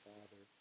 Father